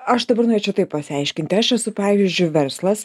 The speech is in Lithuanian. aš dabar norėčiau taip pasiaiškinti aš esu pavyzdžiui verslas